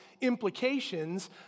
implications